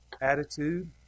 attitude